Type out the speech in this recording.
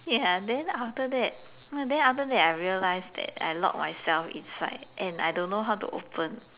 ya then after that then after that I realize that I lock myself inside and I don't know how to open